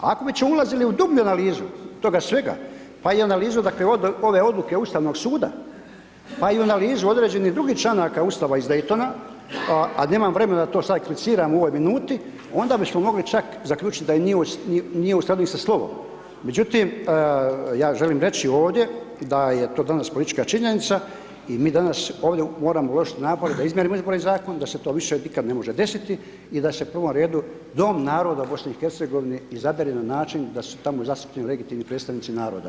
Ako bi ... ulazili u dublju analizu toga svega, pa i analizu dakle ove odluke Ustavnog suda, pa i u analizu određenih drugih članaka Ustava iz Daytona, a nemam vremena da to sad ... u ovoj minuti, onda bismo mogli čak zaključiti da nije u skladu ni sa, ... međutim, ja želim reći ovdje da je to danas politička činjenica i mi danas ovdje moramo uložiti napore da izmijenimo izborni zakon da se to više nikad ne može desiti, i da se u prvom redu Dom naroda Bosne i Hercegovine, izabere na način da su tamo zastupljeni legitimni predstavnici naroda.